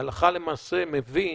הלכה למעשה מבין